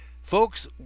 Folks